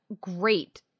great